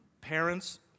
Parents